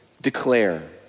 declare